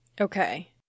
Okay